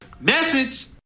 Message